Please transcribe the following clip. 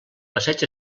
passeig